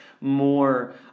more